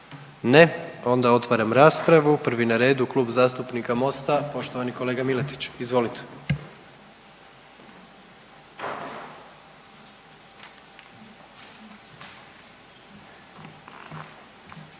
Ne? Onda otvaram raspravu. Prvi na redu je Klub zastupnika MOST-a poštovani kolega Miletić, izvolite.